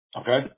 Okay